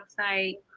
website